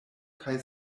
kaj